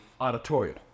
auditorium